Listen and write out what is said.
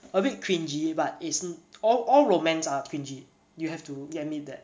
a bit cringey but isn't all all romance R_P_G you'll have to get me that